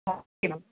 okay ma'am